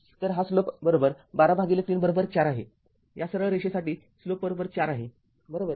तर हा स्लोप १२ भागिले ३४ आहे या सरळ रेषेसाठी स्लोप ४ आहे बरोबर